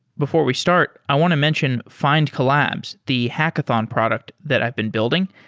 before we start, i want to mention findcollabs, the hackathon product that i've been building.